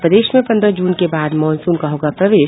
और प्रदेश में पन्द्रह जून के बाद मॉनसून का होगा प्रवेश